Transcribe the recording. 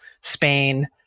Spain